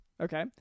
okay